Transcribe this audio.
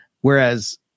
whereas